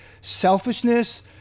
selfishness